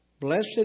Blessed